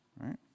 right